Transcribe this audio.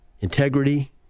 integrity